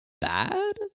bad